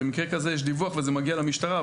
במקרה כזה יש דיווח וזה מגיע למשטרה,